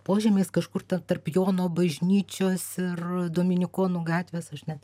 požemiais kažkur tarp jono bažnyčios ir dominikonų gatvės aš net